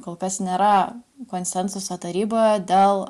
kol kas nėra konsensuso taryboje dėl